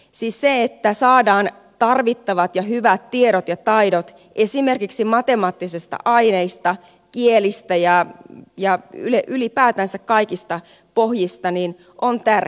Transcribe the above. siis se että saadaan tarvittavat ja hyvät tiedot ja taidot esimerkiksi matemaattisista aineista kielistä ja ylipäätänsä kaikista pohjista on tärkeää